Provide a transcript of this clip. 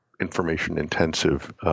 information-intensive